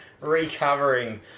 recovering